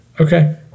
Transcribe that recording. Okay